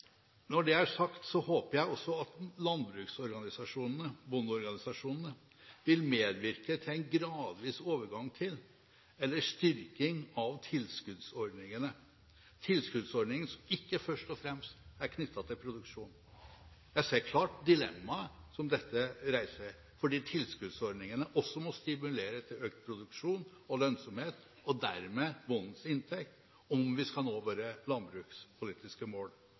Når det er sagt, håper jeg også at landbruksorganisasjonene, bondeorganisasjonene, vil medvirke til en gradvis overgang til, eller en styrking av, tilskuddsordningene – tilskuddsordninger som ikke først og fremst er knyttet til produksjon. Jeg ser klart dilemmaet som dette reiser, fordi tilskuddsordningene også må stimulere til økt produksjon og lønnsomhet – og dermed til bondens inntekt – om vi skal nå våre landbrukspolitiske mål.